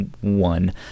one